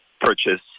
purchase